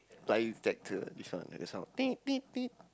flying detector this one the sound